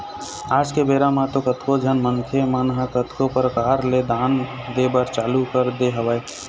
आज के बेरा म तो कतको झन मनखे मन ह कतको परकार ले दान दे बर चालू कर दे हवय